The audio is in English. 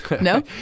No